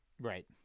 right